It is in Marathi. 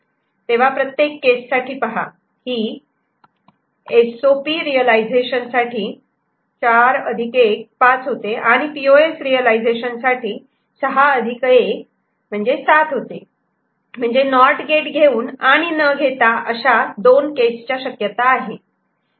तेव्हा प्रत्येक केस साठी पहा ही एस ओ पी रियलायझेशन साठी 4 1 5 होते आणि पीओएस रियलायझेशन साठी 6 1 7 होते म्हणजे नॉट गेट घेऊन आणि न घेता अशा दोन केसच्या शक्यता आहेत